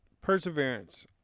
perseverance